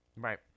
right